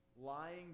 lying